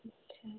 अच्छा